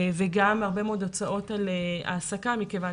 וגם הרבה מאוד הוצאות על העסקה כיוון